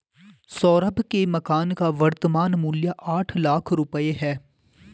सौरभ के मकान का वर्तमान मूल्य आठ लाख रुपये है